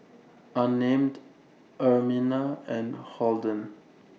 Unnamed Ermina and Holden